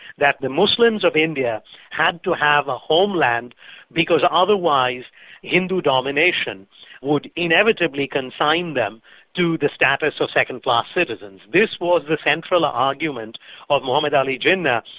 that the muslims of india had to have a homeland because otherwise hindu domination would inevitably consign them to the status of second-class citizens. this was the central argument of mohammad ali jinnah,